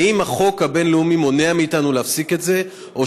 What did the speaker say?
האם החוק הבין-לאומי מונע מאתנו להפסיק את זה או